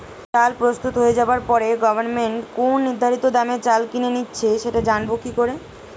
চাল প্রস্তুত হয়ে যাবার পরে গভমেন্ট কোন নির্ধারিত দামে চাল কিনে নিচ্ছে সেটা জানবো কি করে?